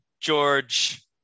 George